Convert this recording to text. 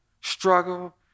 struggle